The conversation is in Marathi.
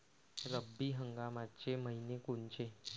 रब्बी हंगामाचे मइने कोनचे?